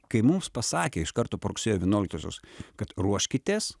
kai mums pasakė iš karto po rugsėjo vienuoliktosios kad ruoškitės